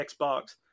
xbox